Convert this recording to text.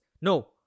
No